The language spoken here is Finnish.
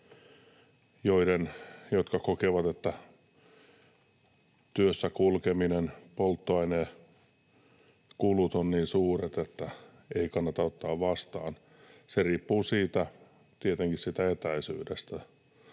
jotka kokevat, että työssä kulkemisen kulut, polttoainekulut ovat niin suuret, että ei kannata ottaa vastaan. Se riippuu tietenkin etäisyydestä